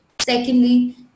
Secondly